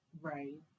Right